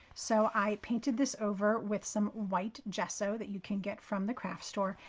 so i painted this over with some white gesso that you can get from the craft store.